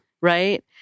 Right